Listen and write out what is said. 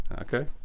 Okay